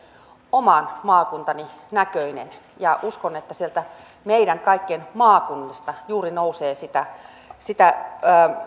oman maakuntani näköinen uskon että sieltä meidän kaikkien maakunnista juuri nousee sitä sitä